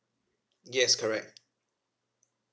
yes correct